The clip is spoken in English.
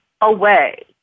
away